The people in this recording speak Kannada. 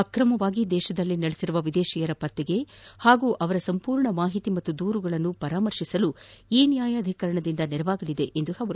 ಅಕ್ರಮವಾಗಿ ದೇಶದಲ್ಲಿ ನೆಲೆಸಿರುವ ವಿದೇಶಿಯರ ಪತ್ತೆ ಹಾಗೂ ಅವರ ಸಂಪೂರ್ಣ ಮಾಹಿತಿ ಮತ್ತು ದೂರುಗಳನ್ನು ಪರಾಮರ್ಶಿಸಲು ಈ ನ್ಯಾಯಾಧೀಕರಣ ನೆರವಾಗಲಿದೆ ಎಂದರು